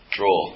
Draw